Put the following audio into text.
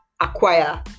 acquire